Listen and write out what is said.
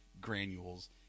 granules